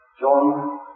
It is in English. John